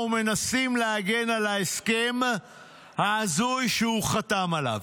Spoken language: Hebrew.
מנסים להגן על ההסכם ההזוי שהוא חתם עליו.